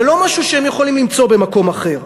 לא משהו שהם יכולים למצוא במקום אחר.